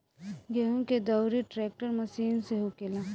गेहूं के दउरी ट्रेक्टर मशीन से होखेला